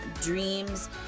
dreams